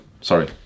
sorry